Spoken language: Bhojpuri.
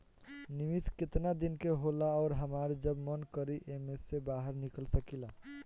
निवेस केतना दिन के होला अउर हमार जब मन करि एमे से बहार निकल सकिला?